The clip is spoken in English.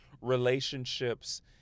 relationships